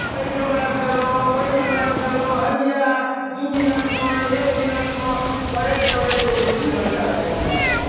एहिठाम आबि गेलहुँ ओहिठाम आबि गेलहुँ हैया दू मिनटमे एक मिनटमे करैत करैत ओ दू दू घण्टा टाइम लए लैए